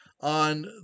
on